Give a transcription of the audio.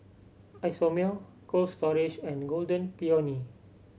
Isomil Cold Storage and Golden Peony